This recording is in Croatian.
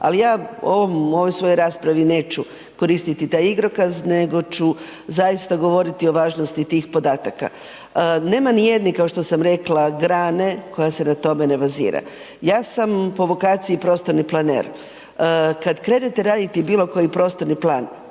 Ali ja u ovoj svojoj raspravi neću koristiti taj igrokaz, nego ću zaista govoriti o važnosti tih podataka. Nema ni jedne kao što sam rekla grane koja se na tome ne bazira. Ja sam po vokaciji prostorni planer. Kada krenete raditi bilo koji prostorni plan,